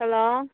hello